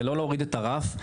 ולא להוריד את הרף,